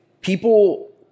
people –